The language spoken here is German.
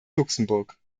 luxemburg